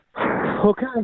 Okay